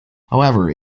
however